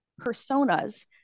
personas